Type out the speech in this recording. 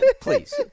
Please